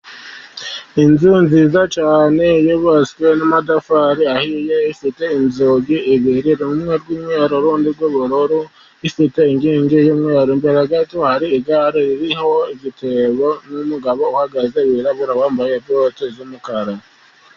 Inzu nziza cyane yubatswe n'amatafari ahiye, ifite inzugi ebyiri, rumwe rw'umweru, urundi rw'ubururu, ifite inkingi y'umweru, imbere gato hariho igare ririho igitebo, numugabo uhagaze wirabura, wambaye bote z'umukara.